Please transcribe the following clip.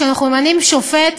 כשאנחנו ממנים שופט,